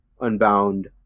Unbound